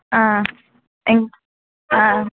ఇంకా